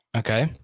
okay